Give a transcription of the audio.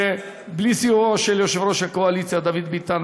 ובלי סיועו של יושב-ראש הקואליציה דוד ביטן,